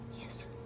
Yes